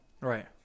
Right